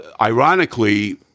ironically